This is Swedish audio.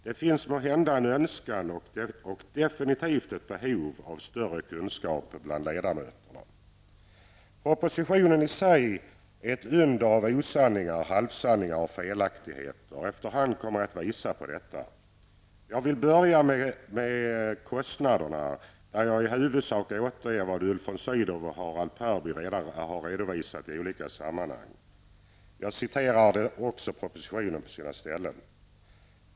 Det finns måhända en önskan och absolut ett behov av större kunskap bland ledamöterna. Propositionen är i sig ett under av osanningar, halvsanningar och felaktigheter. Efter hand kommer jag att visa på detta. Låt mig börja med kostnaderna, där jag i huvudsak återger vad Ulf von Sydow och Harald Perby har redovisat i olika sammanhang. Jag kommer också att citera propositionen.